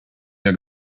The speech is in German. der